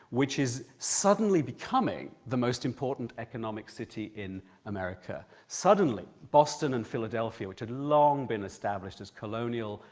which is suddenly becoming the most important economic city in america. suddenly boston and philadelphia, which had long been established as colonial,